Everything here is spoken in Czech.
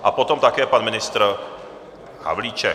A potom také pan ministr Havlíček.